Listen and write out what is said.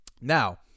Now